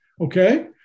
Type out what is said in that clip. Okay